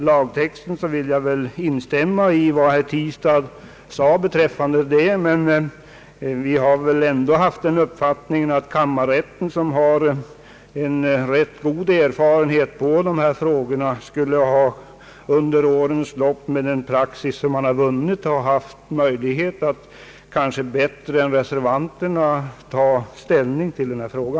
Jag vill instämma i vad herr Tistad anförde beträffande den lagtext som föreslagits, men jag vill säga att vi ändå haft den uppfattningen att kammarrätten som har en god erfarenhet på detta område med hänsyn till den praxis man vunnit under årens lopp bör ha bättre möjlighet än utskottsmajoriteten att ta ställning i denna fråga.